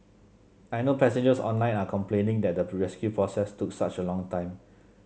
I know passengers online are complaining that the rescue process took such a long time